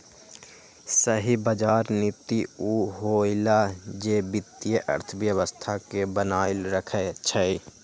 सही बजार नीति उ होअलई जे वित्तीय अर्थव्यवस्था के बनाएल रखई छई